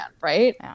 right